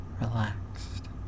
relaxed